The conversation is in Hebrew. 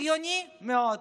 הגיוני מאוד.